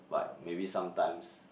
but maybe sometimes